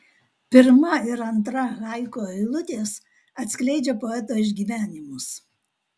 pirma ir antra haiku eilutės atskleidžia poeto išgyvenimus